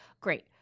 great